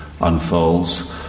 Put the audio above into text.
unfolds